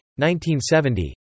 1970